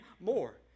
more